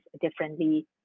differently